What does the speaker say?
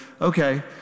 okay